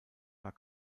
war